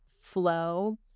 flow